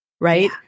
right